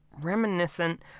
reminiscent